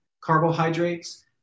carbohydrates